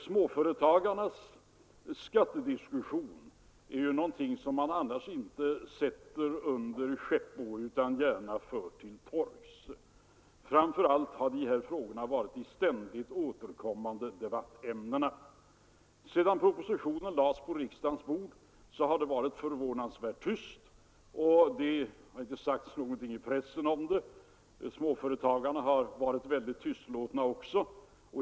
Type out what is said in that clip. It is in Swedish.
Småföretagarnas skattediskussion är någonting som man annars inte sätter under ena skäppo utan gärna för till torgs, och framför allt de här frågorna har varit de ständigt återkommande debattämnena. Sedan propositionen lades på riksdagens bord har det varit förvånansvärt tyst. Ingenting har sagts om den i pressen, och småföretagarna har också varit mycket tystlåtna.